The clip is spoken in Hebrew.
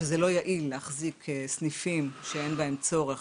שזה לא יעיל להחזיק סניפים שאין בהם צורך